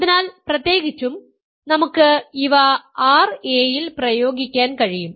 അതിനാൽ പ്രത്യേകിച്ചും നമുക്ക് ഇവ ra ൽ പ്രയോഗിക്കാൻ കഴിയും